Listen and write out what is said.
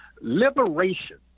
Liberation